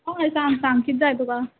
हय सांग सांग किदें जाय तुका